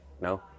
No